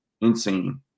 Insane